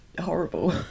horrible